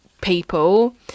people